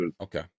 Okay